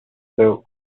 built